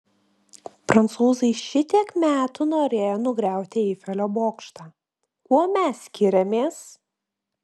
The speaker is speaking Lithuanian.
prancūzai šitiek metų norėjo nugriauti eifelio bokštą kuo mes skiriamės